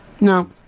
no